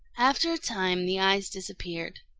after a time the eyes disappeared.